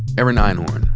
erin einhorn,